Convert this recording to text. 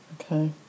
okay